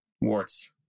warts